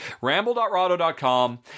ramble.rado.com